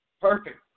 Perfect